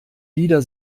lieder